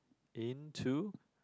into